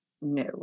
No